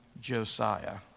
Josiah